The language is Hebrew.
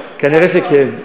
כנראה כן.